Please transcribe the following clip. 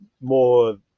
more